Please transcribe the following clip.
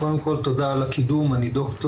קודם כל, תודה על הקידום, אני דוקטור.